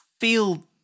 feel